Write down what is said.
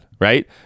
right